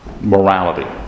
morality